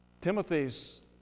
Timothy's